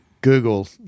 Google